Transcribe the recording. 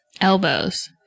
Elbows